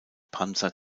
panzer